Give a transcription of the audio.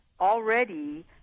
already